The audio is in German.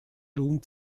lohnt